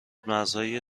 مرزهای